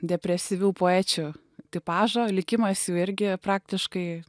depresyvių poečių tipažo likimas jų irgi praktiškai